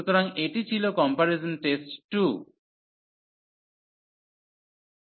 সুতরাং এটি ছিল কম্পারিজন টেস্ট 2